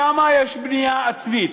שם יש בנייה עצמית.